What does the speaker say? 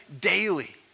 daily